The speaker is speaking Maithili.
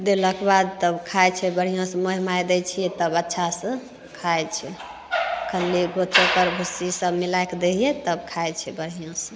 देलाके बाद तब खाइ छै बढ़िआँ से महि महि दै छियै तब अच्छासे खाइ छै खल्ली चोकर सब भुस्सी सब मिलाइके दै हियै तब खाइत छै बढ़िआँ